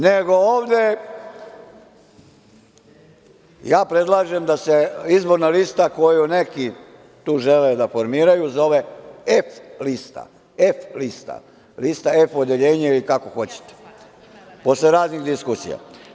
Nego, ovde ja predlažem da se izborna lista koju neki tu žele da formiraju zove – F lista, lista F odeljenje ili kako hoćete posle raznih diskusija.